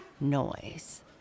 noise